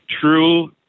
true